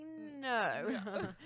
no